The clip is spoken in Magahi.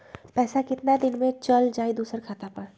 पैसा कितना दिन में चल जाई दुसर खाता पर?